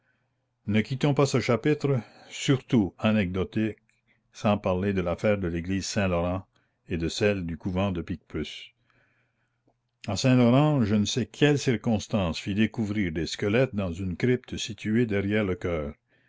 ne quittons pas ce chapitre surtout anecdotique sans parler de l'affaire de l'église saint-laurent et de celle du couvent de picpus a saint-laurent je ne sais quelle circonstance fit découvrir des squelettes dans une crypte située derrière le chœur